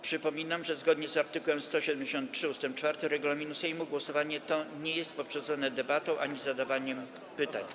Przypominam, że zgodnie z art. 173 ust. 4 regulaminu Sejmu głosowanie to nie jest poprzedzone debatą ani zadawaniem pytań.